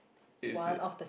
is it